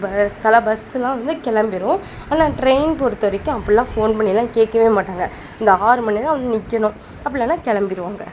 ப சில பஸ்ஸுலாம் வந்து கிளம்பிரும் ஆனால் ட்ரெயின் பொறுத்தவரைக்கும் அப்பட்லாம் ஃபோன் பண்ணிலாம் கேட்கவே மாட்டாங்கள் இந்த ஆறு மணின்னா வந்து நிற்கணும் அப்படி இல்லைன்னா கிளம்பிருவாங்க